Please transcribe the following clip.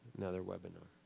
another webinar.